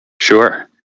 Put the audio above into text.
Sure